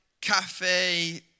cafe